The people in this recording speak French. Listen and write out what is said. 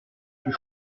plus